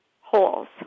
holes